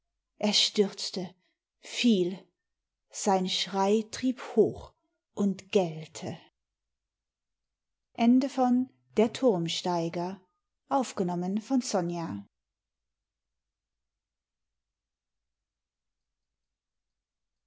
er stürzte fiel sein schrei trieb hoch und gellte